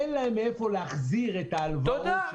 אין להם מאיפה להחזיר את ההלוואות.